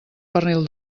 pernil